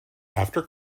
after